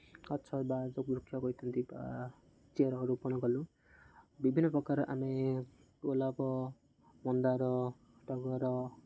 ଗଛ ବା ଯେଉଁ ବୃକ୍ଷ କହିଥାନ୍ତି ବା ଚେର ରୋପଣ କଲୁ ବିଭିନ୍ନପ୍ରକାର ଆମେ ଗୋଲାପ ମନ୍ଦାର ଟଗର